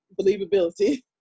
believability